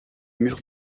mur